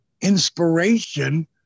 inspiration